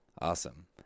awesome